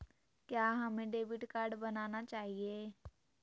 क्या हमें debit card बनाना चाहिए?